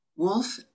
wolf